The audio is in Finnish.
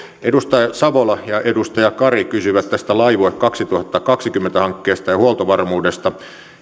edustaja savola ja edustaja kari kysyivät tästä laivue kaksituhattakaksikymmentä hankkeesta ja huoltovarmuudesta